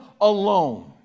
alone